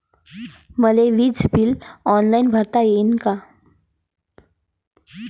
मले विजेच bill online भरता येईन का?